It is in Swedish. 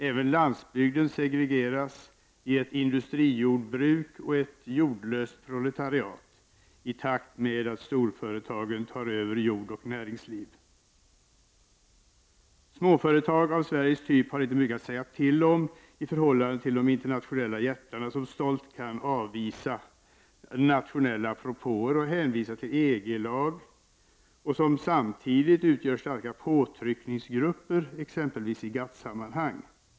Även landsbygden segregeras i ett industrijordbruk och ett jordlöst proletariat i takt med att storföretagen tar över jord och näringsliv. Småföretag av Sveriges typ har inte mycket att säga till om i förhållande till de internationella jättarna, som stolt kan avvisa nationella propåer och hänvisa till EG-lag, och som utgör starka påtryckningsgrupper, exempelvis i GATT-sammanhang.